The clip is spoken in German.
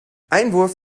einwurf